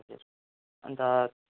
हजुर अन्त